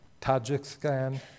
Tajikistan